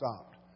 stopped